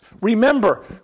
Remember